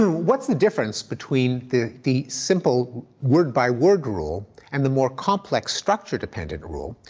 what's the difference between the the simple word-by-word rule and the more complex structured dependent rule?